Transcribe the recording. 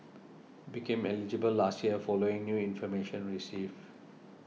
he became eligible last year following new information received